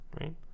right